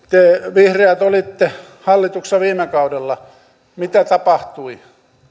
vihreät olitte hallituksessa viime kaudella mitä tapahtui